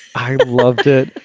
i loved it.